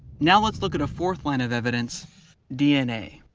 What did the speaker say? now lets look at a fourth line of evidence dna?